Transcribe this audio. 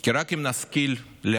כי רק אם נשכיל להבריא